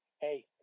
hey